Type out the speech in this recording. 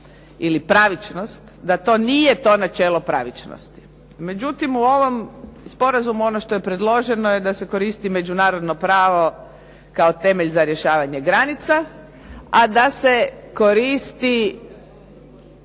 ili pravičnost da to nije načelo pravičnosti. Međutim, u ovom sporazumu ono što je predloženo je da se koristi međunarodno pravo kao temelj za rješavanje granica, a da se koristi